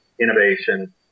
innovation